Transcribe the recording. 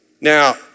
Now